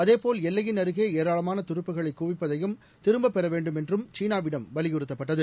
அதேபோல் எல்லையின் அருகே அஏராளமான துருப்புகளை குவிப்பதையும் திரும்பப் பெற வேண்டும் என்றும் சீனாவிடம் வலியுறுத்தப்பட்டது